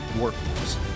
workforce